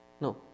No